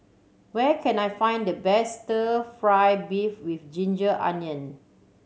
where can I find the best Stir Fry beef with ginger onion